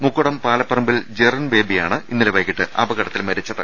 മുക്കുടം പാലപ്പറമ്പിൽ ജെറിൽ ബേബി യാണ് ഇന്നലെ വൈകീട്ട് അപകടത്തിൽ മരിച്ചത്